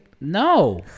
No